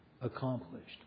accomplished